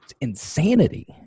insanity